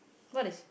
what they